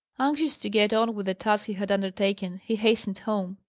anxious to get on with the task he had undertaken, he hastened home.